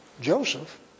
Joseph